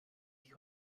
sich